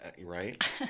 Right